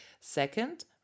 Second